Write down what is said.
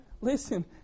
Listen